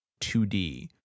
2d